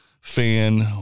fan